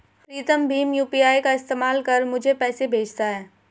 प्रीतम भीम यू.पी.आई का इस्तेमाल कर मुझे पैसे भेजता है